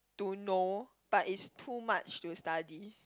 to know but is too much to study